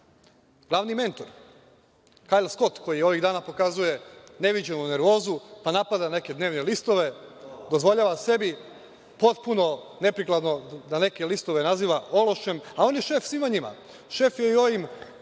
glavni mentor Kajl Skot koji ovih dana pokazuje neviđenu nervozu pa napada neke dnevne listove, dozvoljava sebi, potpuno neprikladno, da neke listove naziva ološem, a on je šef svima njima. Šef je i ovim